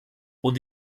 und